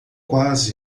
quase